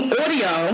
audio